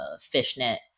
fishnet